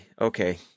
Okay